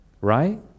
right